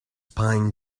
pine